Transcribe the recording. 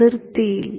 അതിർത്തിയിൽ